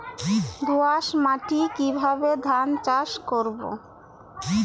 দোয়াস মাটি কিভাবে ধান চাষ করব?